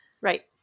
Right